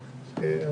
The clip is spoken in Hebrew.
(ה)